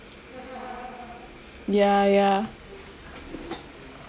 ya ya